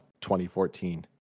2014